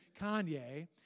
Kanye